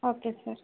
okay sir